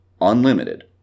unlimited